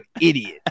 idiot